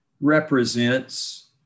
represents